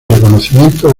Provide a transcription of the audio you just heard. reconocimiento